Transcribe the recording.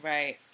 Right